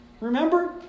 Remember